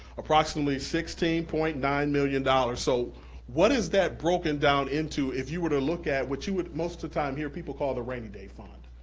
approximately sixteen point nine million dollars, so what is that broken down into? if you were to look at, what you would, most of the time here people call it the rainy day fund,